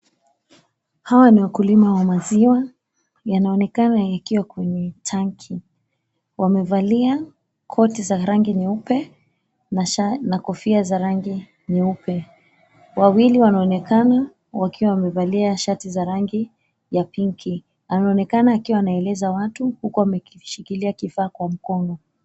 Hawa ni wakulima wa maziwa. Yanaonekana yakiwa kwenye tanki. Wamevalia koti za rangi nyeupe na kofia za rangi nyeupe. Wawili wanaonekana wakiwa wanavalia shati za rangi ya pinki. Anaonekana akiwa anaeleza watu huku ameshikilia kifaa kwa mkono.